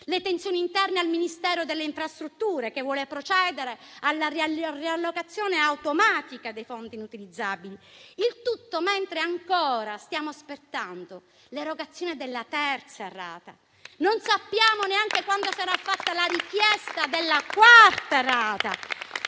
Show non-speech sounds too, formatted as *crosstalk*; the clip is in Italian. e quelle interne al Ministero delle infrastrutture, che vuole procedere alla riallocazione automatica dei fondi inutilizzabili. Il tutto mentre ancora stiamo aspettando l'erogazione della terza rata. *applause* Non sappiamo neanche quando sarà fatta la richiesta della quarta rata.